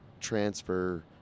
transfer